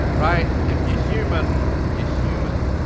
right? if you're human, you're human.